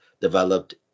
developed